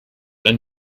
ein